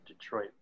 Detroit